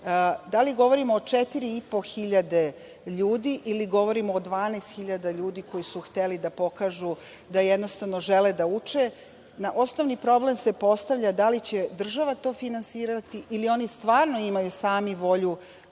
da li govorimo o četiri i po hiljade ljudi ili govorimo o 12.000 ljudi koji su hteli da pokažu da jednostavno žele da uče. Osnovni problem se postavlja da li će država to finansirati ili oni stvarno imaju sami volju